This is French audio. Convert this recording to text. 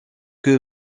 que